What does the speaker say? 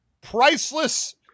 priceless